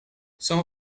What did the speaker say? some